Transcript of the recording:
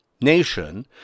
nation